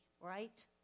right